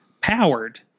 powered